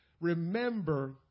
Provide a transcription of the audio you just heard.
remember